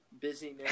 Busyness